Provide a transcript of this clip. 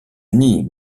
unis